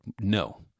no